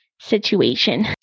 situation